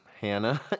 Hannah